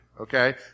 Okay